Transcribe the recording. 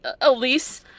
Elise